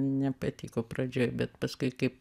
nepatiko pradžioj bet paskui kai